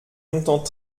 longtemps